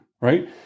right